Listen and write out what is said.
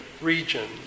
region